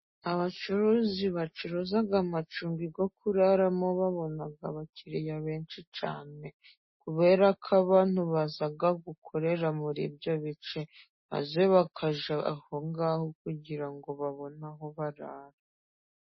Abacuruzi bacuruza amacumbi yo kuraramo babona abakiriya benshi cyane, kubera ko abantu baza gukorera muri ibyo bice, maze bakajya aho ngaho kugira ngo babone aho barara.